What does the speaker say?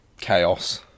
Chaos